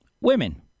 Women